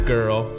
Girl